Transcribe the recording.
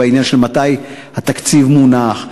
העניין של מתי התקציב מונח.